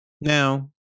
Now